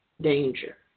danger